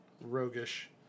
roguish